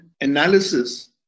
analysis